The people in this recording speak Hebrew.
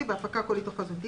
רק רגע, אסביר, ברשותך.